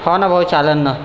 हां ना भाऊ चालंन ना